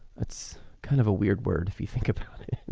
that's kind of a weird word if you think about it,